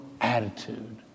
attitude